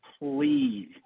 please